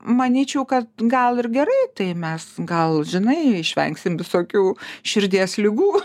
manyčiau kad gal ir gerai tai mes gal žinai išvengsime visokių širdies ligų